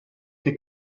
che